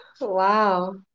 wow